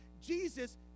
Jesus